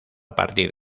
partir